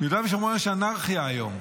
יש אנרכיה היום.